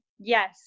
Yes